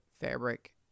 fabric